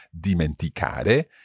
dimenticare